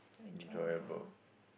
enjoyable